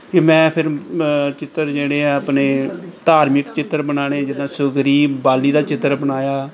ਅਤੇ ਮੈਂ ਫਿਰ ਚਿੱਤਰ ਜਿਹੜੇ ਆ ਆਪਣੇ ਧਾਰਮਿਕ ਚਿੱਤਰ ਬਣਾਉਣੇ ਜਿੱਦਾਂ ਸੁਗਰੀਬ ਬਾਲੀ ਦਾ ਚਿੱਤਰ ਬਣਾਇਆ